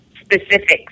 specifics